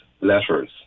letters